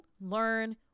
learn